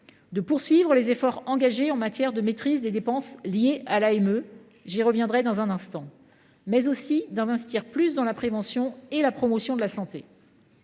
de poursuivre les efforts engagés en matière de maîtrise des dépenses liées à l’AME – j’y reviendrai dans un instant –, mais aussi d’investir davantage dans la prévention et la promotion de la santé.